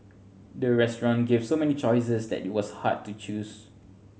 the restaurant gave so many choices that it was hard to choose